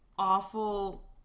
Awful